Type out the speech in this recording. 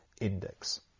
Index